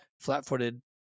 flat-footed